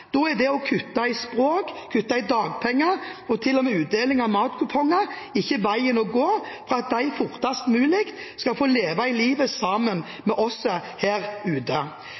Da er det å kutte i språk, kutte i dagpenger og – til og med – utdeling av matkuponger ikke veien å gå for at de fortest mulig skal få leve livet sammen med oss her ute.